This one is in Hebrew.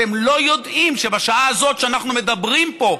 אתם לא יודעים שבשעה הזאת שאנחנו מדברים פה,